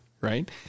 right